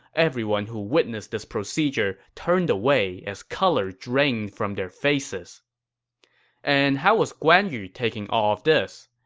everyone who witnessed this procedure turned away as color drained from their faces and how was guan yu taking all this?